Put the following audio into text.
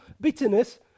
Bitterness